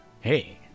Hey